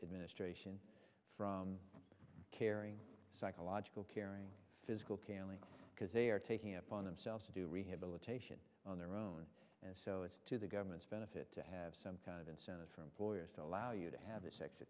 administration from caring psychological caring physical because they taking up on themselves to do rehabilitation on their own and sell it to the government's benefit to have some kind of incentive for employers to allow you to have this extra